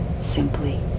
simply